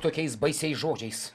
tokiais baisiais žodžiais